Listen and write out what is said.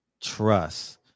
trust